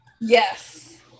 Yes